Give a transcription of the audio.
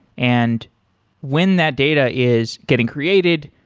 and when that data is getting created,